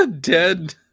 dead